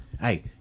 Hey